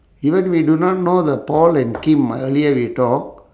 even we do not know the paul and time ah earlier we talk